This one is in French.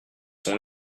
son